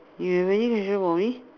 you really visual for me